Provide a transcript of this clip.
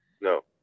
no